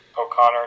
O'Connor